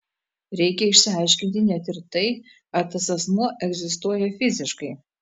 reikia išsiaiškinti net ir tai ar tas asmuo egzistuoja fiziškai